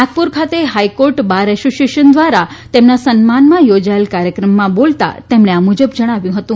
નાગપુર ખાતે high court bar association દ્વારા તેમના સન્માનમાં યાજાયેલ કાર્યક્રમમાં બોલતા તેમણે આ મુજબ જણાવ્યું હતુ